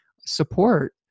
support